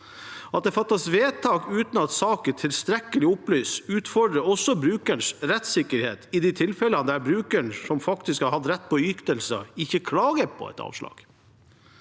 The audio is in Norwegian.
At det fattes vedtak uten at saken er tilstrekkelig opplyst, utfordrer også brukernes rettssikkerhet i de tilfeller der brukeren, som faktisk har hatt rett på ytelser, ikke klager på avslag.